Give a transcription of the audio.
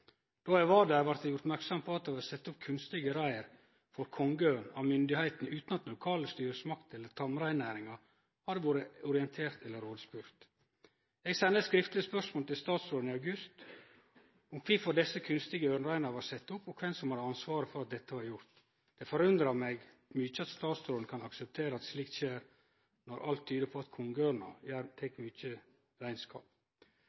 Då eg var der, vart eg gjort merksam på at myndigheitene hadde sett opp kunstige reir for kongeørn, utan at lokale styresmakter eller tamreinnæringa hadde blitt orienterte eller rådspurde. Eg sende eit skriftleg spørsmål til statsråden i august om kvifor desse kunstige ørnereira var sette opp, og kven som hadde ansvaret for at dette var gjort. Det forundrar meg mykje at statsråden kan akseptere at slikt skjer når alt tyder på at